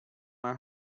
are